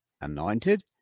Anointed